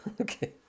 Okay